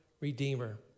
redeemer